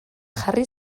jarri